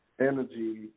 energy